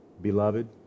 Beloved